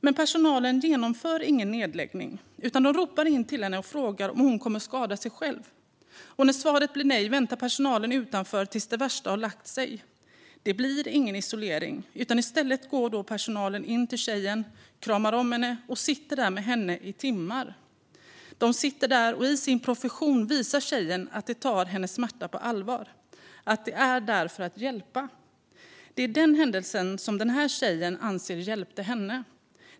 Men personalen genomför ingen nedläggning, utan de ropar in till henne och frågar om hon kommer att skada sig själv. När svaret blir nej väntar personalen utanför tills det värsta har lagt sig. Det blir ingen isolering, utan i stället går då personalen in till tjejen, kramar om henne och sitter där med henne i timmar. De sitter där och visar i sin profession tjejen att de tar hennes smärta på allvar och att de är där för att hjälpa. Det är den händelsen som den här tjejen anser hjälpte henne.